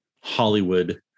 Hollywood